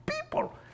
people